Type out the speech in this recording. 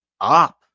up